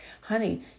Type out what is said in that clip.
honey